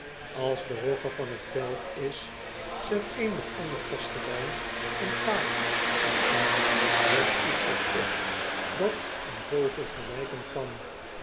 ls de rogge van het veld is zet een of andere kastelein een paal er in met iets er op dat een vogel gelijken kan